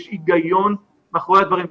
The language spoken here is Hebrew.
יש היגיון מאחורי הדברים,